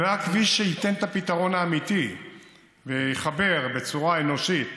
זה הכביש שייתן את הפתרון האמיתי ויחבר בצורה אנושית,